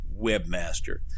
webmaster